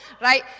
right